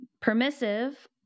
permissive